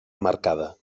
marcada